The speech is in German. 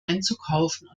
einzukaufen